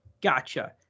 Gotcha